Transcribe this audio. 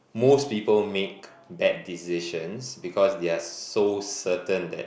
most people make bad decisions because they are so certain that